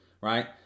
Right